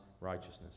righteousness